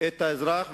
את האזרח,